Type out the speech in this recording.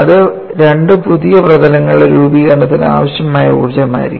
അത് രണ്ട് പുതിയ പ്രതലങ്ങളുടെ രൂപീകരണത്തിന് ആവശ്യമായ ഊർജ്ജമായിരിക്കും